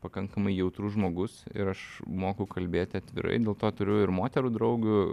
pakankamai jautrus žmogus ir aš moku kalbėti atvirai dėl to turiu ir moterų draugių